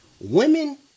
Women